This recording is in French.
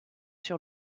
sur